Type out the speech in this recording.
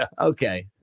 okay